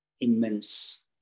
immense